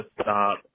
stop